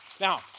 Now